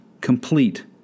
complete